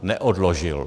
Neodložil.